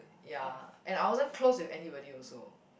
ya and I wasn't close with anybody also